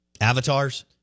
Avatars